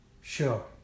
sure